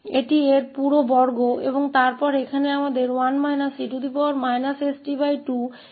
तो यह इसका पूरा वर्ग है और फिर यहाँ विभाजन में हमारे पास 1 − e sT2और 1 e sT2 है